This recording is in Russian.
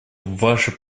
ваше